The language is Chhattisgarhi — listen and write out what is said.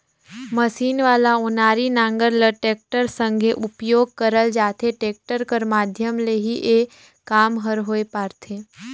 मसीन वाला ओनारी नांगर ल टेक्टर संघे उपियोग करल जाथे, टेक्टर कर माध्यम ले ही ए काम हर होए पारथे